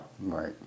Right